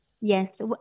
Yes